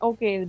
Okay